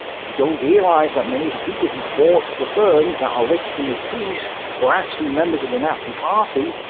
if you don't realize that many of the people that bought the firms that are listed in this piece were actually members of the nazi party,